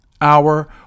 hour